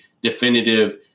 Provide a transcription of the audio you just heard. definitive